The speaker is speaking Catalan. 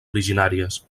originàries